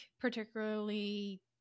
particularly